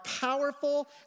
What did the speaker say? powerful